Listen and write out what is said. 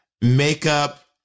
makeup